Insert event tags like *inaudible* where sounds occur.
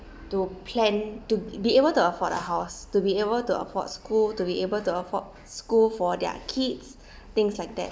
to plan to be able to afford a house to be able to afford school to be able to afford school for their kids *breath* things like that